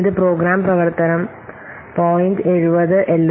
ഇത് പ്രോഗ്രാം പ്രവർത്തനം point 70 L